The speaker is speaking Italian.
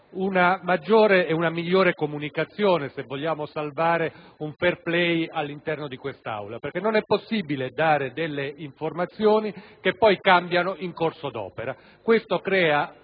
una maggiore ed una migliore comunicazione, se vogliamo salvare il *fair play* all'interno di quest'Aula. Non è possibile, infatti, dare informazioni che poi cambiano in corso d'opera; ciò crea